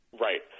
Right